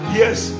yes